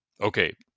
Okay